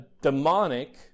demonic